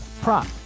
prop